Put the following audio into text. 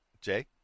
Jay